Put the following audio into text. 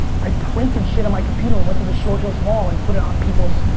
i printed shit on my computer and went to the short hills mall and put it on people's,